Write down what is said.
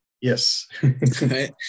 Yes